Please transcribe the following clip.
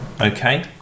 okay